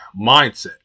mindset